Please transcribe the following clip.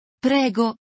Prego